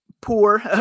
poor